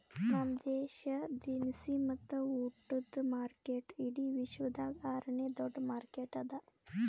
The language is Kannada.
ನಮ್ ದೇಶ ದಿನಸಿ ಮತ್ತ ಉಟ್ಟದ ಮಾರ್ಕೆಟ್ ಇಡಿ ವಿಶ್ವದಾಗ್ ಆರ ನೇ ದೊಡ್ಡ ಮಾರ್ಕೆಟ್ ಅದಾ